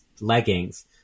leggings